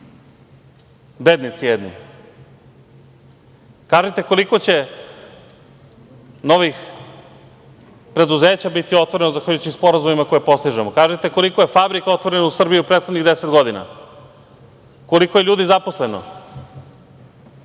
Bednici jedni! Kažite koliko će novih preduzeća biti otvoreno zahvaljujući sporazumima koje postižemo. Kažite koliko je fabrika otvoreno u Srbiji u prethodnih 10 godina, koliko je ljudi zaposleno.